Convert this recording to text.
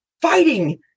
fighting